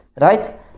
right